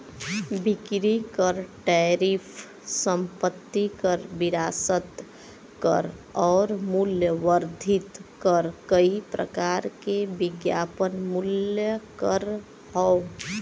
बिक्री कर टैरिफ संपत्ति कर विरासत कर आउर मूल्य वर्धित कर कई प्रकार के विज्ञापन मूल्य कर हौ